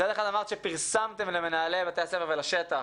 מצד אחד אמרת שפרסמתם למנהלי בתי הספר ולשטח